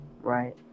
Right